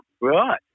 Right